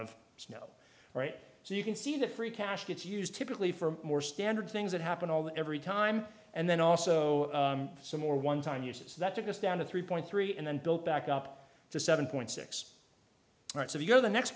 of snow right so you can see that free cash gets used typically for more standard things that happen although every time and then also some more one time uses that took us down to three point three and then built back up to seven point six knots if you go the next